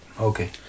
Okay